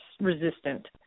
resistant